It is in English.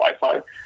Wi-Fi